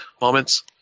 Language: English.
moments